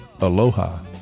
aloha